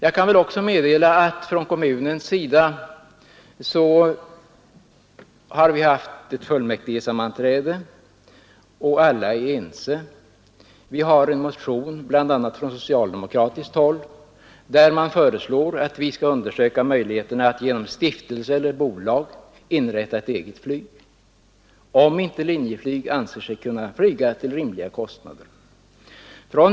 Jag kan också meddela att kommunen har haft ett fullmäktigesammanträde, där alla var ense. Det finns en motion, bl.a. från socialdemokratiskt håll, vari föreslås att vi skall undersöka möjligheterna att genom stiftelse eller bolag inrätta ett eget flyg, om inte Linjeflyg anser sig kunna flyga till rimliga priser.